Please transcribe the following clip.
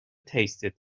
tasted